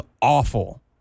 awful